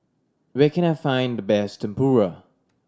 where can I find the best Tempura